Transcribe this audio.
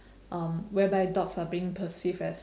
um whereby dogs are being perceived as